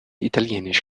italienisch